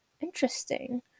interesting